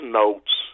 notes